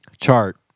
Chart